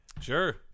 Sure